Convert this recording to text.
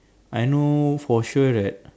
I know for sure that